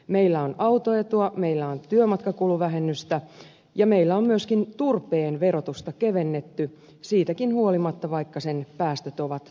meillä on autoetua meillä on työmatkakuluvähennystä ja meillä on myöskin turpeen verotusta kevennetty siitäkin huolimatta että sen päästöt ovat huomattavat